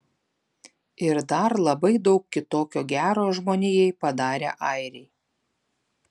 ir dar labai daug kitokio gero žmonijai padarę airiai